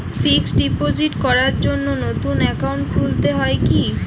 Fix deposit করার জন্য নতুন অ্যাকাউন্ট খুলতে হয় কী?